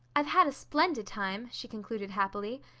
i've had a splendid time, she concluded happily,